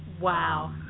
Wow